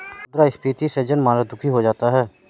मुद्रास्फीति से जनमानस दुखी हो जाता है